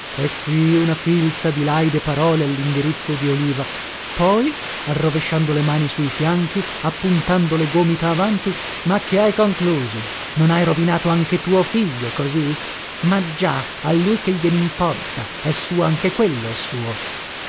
e qui una filza di laide parole allindirizzo di oliva poi arrovesciando le mani su i fianchi appuntando le gomita davanti ma che hai concluso non hai rovinato anche tuo figlio così ma già a lui che glienimporta è suo anche quello è suo